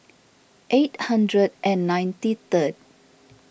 eight hundred and ninety third